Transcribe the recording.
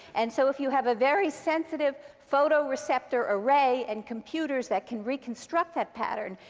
and so if you have a very sensitive photoreceptor array and computers that can reconstruct that pattern,